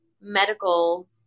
medical